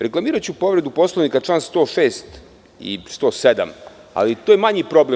Reklamiraću povredu Poslovnika, čl. 106. i 107, ali to je manji problem.